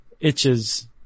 itches